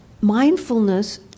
mindfulness